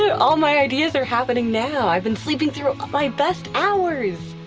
all my ideas are happening now. i've been sleeping through my best hours!